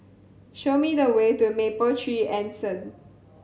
show me the way to Mapletree Anson